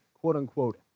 quote-unquote